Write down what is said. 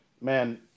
man